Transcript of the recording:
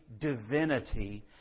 divinity